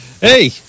Hey